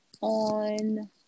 on